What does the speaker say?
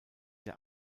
der